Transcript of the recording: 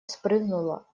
спрыгнула